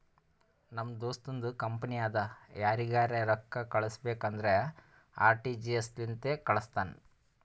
ನಮ್ ದೋಸ್ತುಂದು ಕಂಪನಿ ಅದಾ ಯಾರಿಗರೆ ರೊಕ್ಕಾ ಕಳುಸ್ಬೇಕ್ ಅಂದುರ್ ಆರ.ಟಿ.ಜಿ.ಎಸ್ ಲಿಂತೆ ಕಾಳುಸ್ತಾನ್